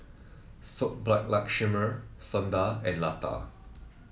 Subbulakshmi Sundar and Lata